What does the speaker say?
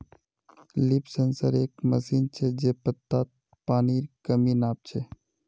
leaf sensor एक machine छ जे पत्तात पानीर कमी नाप छ